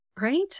Right